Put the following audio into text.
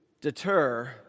deter